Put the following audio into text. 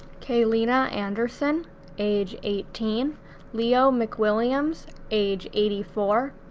kaylina anderson age eighteen leo mcwilliams age eighty four,